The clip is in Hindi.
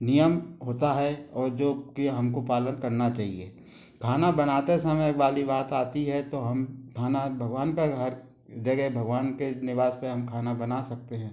नियम होता है औ जो कि हमको पालन करना चाहिए खाना बनाते समय वाली बात आती है तो हम खाना भगवान का घर जगह भगवान के निवास पे हम खाना बना सकते हैं